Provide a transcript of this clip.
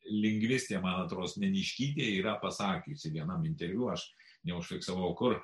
lingvistė man atrodo neniškytė yra pasakiusi interviu aš neužfiksavau kur